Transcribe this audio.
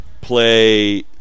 play